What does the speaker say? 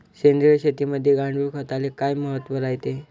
सेंद्रिय शेतीमंदी गांडूळखताले काय महत्त्व रायते?